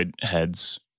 heads